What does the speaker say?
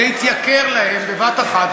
זה התייקר להם בבת-אחת.